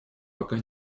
пока